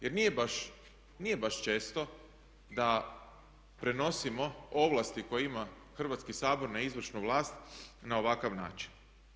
Jer nije baš često da prenosimo ovlasti koje ima Hrvatski sabor na izvršnu vlast na ovakav način.